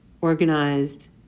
organized